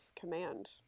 command